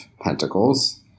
Pentacles